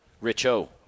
Rich-O